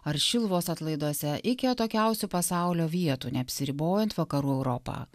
ar šiluvos atlaiduose iki atokiausių pasaulio vietų neapsiribojant vakarų europa